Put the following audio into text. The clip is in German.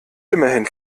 immerhin